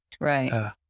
Right